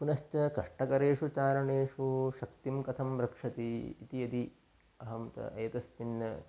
पुनश्च कष्टकरेषु चारणेषु शक्तिं कथं रक्षति इति यदि अहं तत् एतस्मिन्